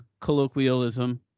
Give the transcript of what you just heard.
colloquialism